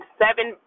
seven